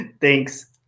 Thanks